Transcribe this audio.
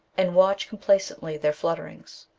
and watch complacently their flutterings.